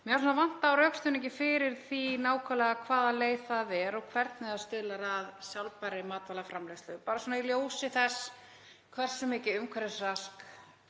Mér fannst vanta á rökstuðninginn fyrir því nákvæmlega hvaða leið það er og hvernig það stuðlar að sjálfbærri matvælaframleiðslu, bara svona í ljósi þess hversu mikið umhverfisrask